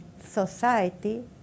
Society